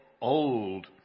old